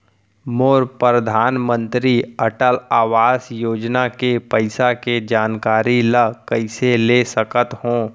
मोर परधानमंतरी अटल आवास योजना के पइसा के जानकारी ल कइसे ले सकत हो?